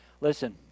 Listen